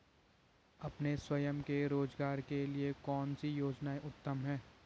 अपने स्वयं के रोज़गार के लिए कौनसी योजना उत्तम है?